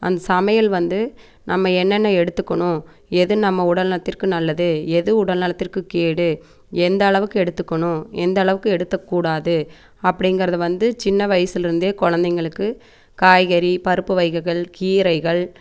அந்த சமையல் வந்து நம்ம என்னென்ன எடுத்துக்கணும் எது நம்ம உடல் நலத்திற்கு நல்லது எது உடல் நலத்திற்கு கேடு எந்தளவுக்கு எடுத்துக்கணும் எந்தளவுக்கு எடுத்துக்கூடாது அப்படிங்குறத வந்து சின்ன வயசுலிருந்தே குழந்தைங்களுக்கு காய்கறி பருப்பு வகைகள் கீரைகள்